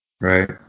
Right